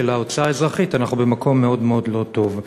ההוצאה האזרחית אנחנו במקום מאוד מאוד לא טוב.